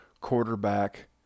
quarterback